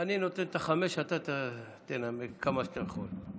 אתה תנמק כמה שאתה יכול.